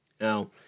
Now